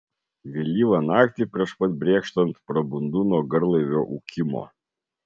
vėlyvą naktį prieš pat brėkštant prabundu nuo garlaivio ūkimo